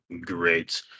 Great